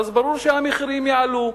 ברור שהמחירים יעלו.